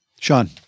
Sean